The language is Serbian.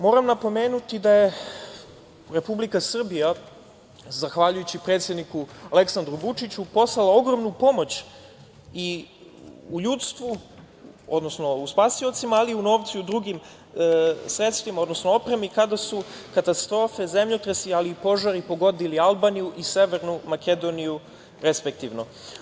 Moram napomenuti da je Republika Srbija zahvaljujući predsedniku Aleksandru Vučiću, poslala ogromnu pomoć i u ljudstvu, odnosno u spasiocima, ali i u novcu i u drugim sredstvima, odnosno opremi kada su katastrofe, zemljotresi, ali i požari pogodili Albaniju i Severnu Makedoniju respektivno.